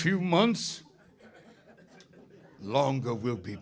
few months longer will